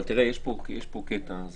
אבל זה משהו דרמטי,